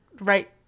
right